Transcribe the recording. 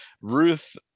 Ruth